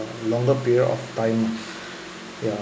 longer period of time ya